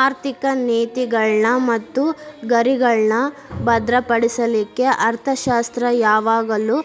ಆರ್ಥಿಕ ನೇತಿಗಳ್ನ್ ಮತ್ತು ಗುರಿಗಳ್ನಾ ಭದ್ರಪಡಿಸ್ಲಿಕ್ಕೆ ಅರ್ಥಶಾಸ್ತ್ರ ಯಾವಾಗಲೂ